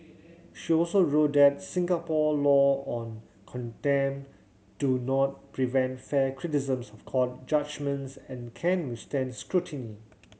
she also wrote that Singapore law on contempt do not prevent fair criticisms of court judgements and can withstand scrutiny